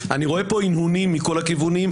רואה פה הנהונים מכל הכיוונים,